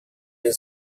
one